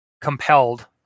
compelled